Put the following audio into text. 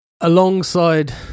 alongside